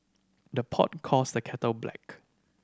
the pot calls the kettle black